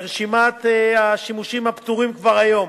לרשימת השימושים הפטורים כבר היום,